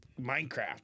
Minecraft